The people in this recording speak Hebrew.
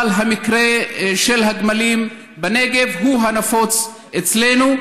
אבל המקרה של הגמלים בנגב הוא הנפוץ אצלנו,